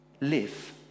live